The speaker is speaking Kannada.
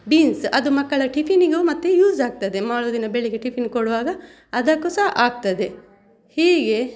ಬೀನ್ಸ್ ಅದು ಮಕ್ಕಳ ಟಿಫಿನ್ನಿಗೂ ಮತ್ತೆ ಯೂಸ್ ಆಗ್ತದೆ ಮರುದಿನ ಬೆಳಿಗ್ಗೆ ಟಿಫಿನ್ನಿಗ್ ಕೊಡುವಾಗ ಅದಕ್ಕೂ ಸಹ ಆಗ್ತದೆ ಹೀಗೆ